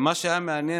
מה שהיה מעניין,